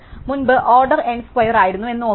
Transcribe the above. മുമ്പ് order N square ആയിരുന്നു എന്ന് ഓർക്കുക